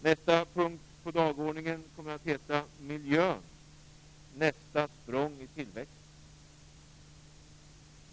Nästa punkt på dagordningen kommer att heta Miljön nästa språng i tillväxten.